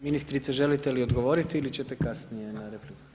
Ministrice želite li odgovoriti ili ćete kasnije na repliku?